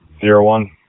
Zero-one